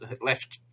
left